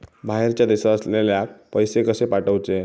बाहेरच्या देशात असलेल्याक पैसे कसे पाठवचे?